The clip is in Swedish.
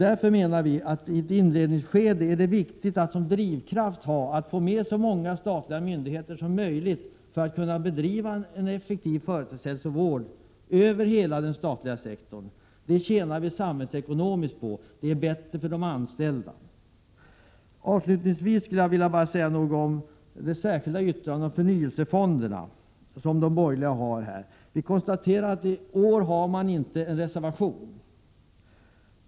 Därför menar vi att det i inledningsskedet är mycket viktigt att få med så många statliga myndigheter som möjligt, så att man kan bedriva en effektiv företagshälsovård över hela den statliga sektorn. Det tjänar vi samhällsekonomiskt på, och det är bättre för de anställda. Avslutningsvis vill jag säga några ord om det särskilda yttrandet av de borgerliga om förnyelsefonderna. Vi konstaterar att det inte finns någon reservation i år.